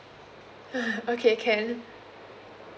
uh okay can